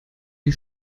die